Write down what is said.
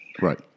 Right